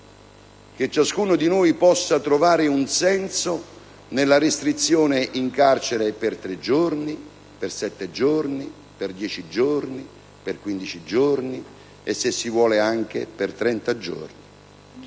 che ciascuno di noi possa trovare un senso nella restrizione in carcere per tre giorni, per sette giorni, per dieci giorni, per quindici giorni o anche per 30 giorni.